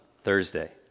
Thursday